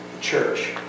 church